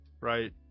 right